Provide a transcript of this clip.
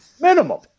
minimum